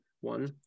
one